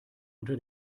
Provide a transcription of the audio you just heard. unter